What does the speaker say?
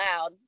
loud